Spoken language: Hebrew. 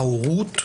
ההורות,